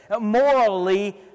Morally